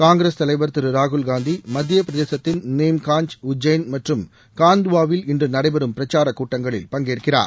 காங்கிரஸ் தலைவர் திரு ராகுல்காந்தி மத்திய பிரதேசத்தின் நீம்காஞ்ச் உஜ்ஜெயின் மற்றும் காந்துவாவில் இன்று நடைபெறும் பிரச்சார கூட்டங்களில் பங்கேற்கிறார்